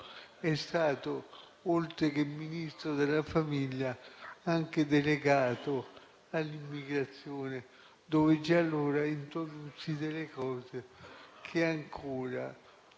è stato, oltre che Ministro della famiglia, anche delegato all'immigrazione. E già allora introdussi misure che ancora